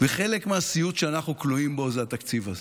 חלק מהסיוט שאנחנו כלואים בו זה התקציב הזה,